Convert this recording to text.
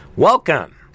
Welcome